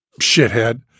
shithead